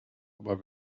aber